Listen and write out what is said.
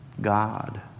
God